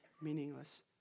meaningless